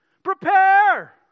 Prepare